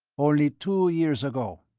only two years ago.